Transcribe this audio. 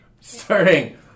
Starting